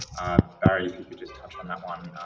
ah, barry, if you could just touch on that one, ah,